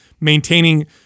maintaining